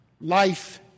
Life